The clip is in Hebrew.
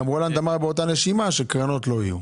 גם רולנד אמר באותה נשימה שקרנות לא יהיו.